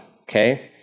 Okay